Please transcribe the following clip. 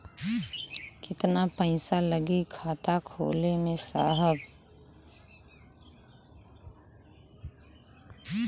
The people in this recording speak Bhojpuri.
कितना पइसा लागि खाता खोले में साहब?